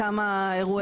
כמה אירועים.